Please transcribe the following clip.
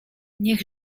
niech